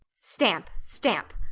stamp! stamp!